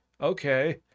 okay